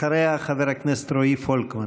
אחריה, חבר הכנסת רועי פולקמן.